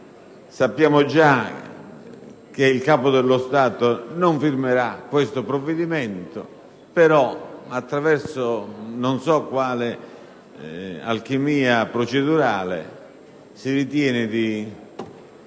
sappiamo già che il Capo dello Stato non firmerà questo provvedimento; però, attraverso non so quale alchimia procedurale, si ritiene di